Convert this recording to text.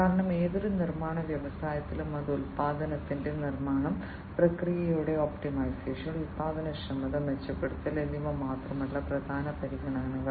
കാരണം ഏതൊരു നിർമ്മാണ വ്യവസായത്തിലും അത് ഉൽപ്പന്നത്തിന്റെ നിർമ്മാണം പ്രക്രിയകളുടെ ഒപ്റ്റിമൈസേഷൻ ഉൽപ്പാദനക്ഷമത മെച്ചപ്പെടുത്തൽ എന്നിവ മാത്രമല്ല പ്രധാന പരിഗണനകൾ